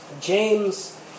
James